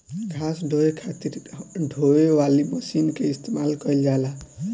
घास ढोवे खातिर खातिर ढोवे वाली मशीन के इस्तेमाल कइल जाला